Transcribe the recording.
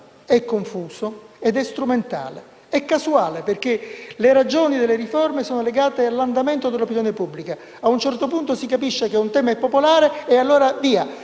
confuso e strumentale. È casuale, perché le ragioni delle riforme sono legate all'andamento dell'opinione pubblica: a un certo punto si capisce che un tema è popolare e, allora, via.